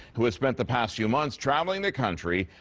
who has spent the past few months traveling the country,